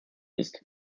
ist